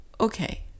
okay